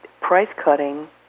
price-cutting